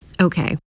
Okay